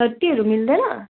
थर्टीहरू मिल्दैन